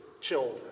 children